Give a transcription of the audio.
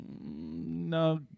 No